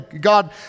God